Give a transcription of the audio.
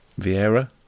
Vieira